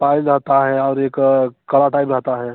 पायल जाता है और एक कड़ा टाइप रहता है